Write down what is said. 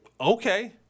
Okay